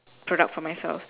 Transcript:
product for myself